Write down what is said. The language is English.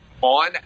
on